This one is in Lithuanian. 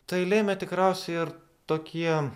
tai lėmė tikriausia ir tokiem